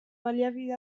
baliabide